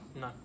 No